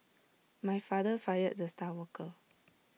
my father fired the star worker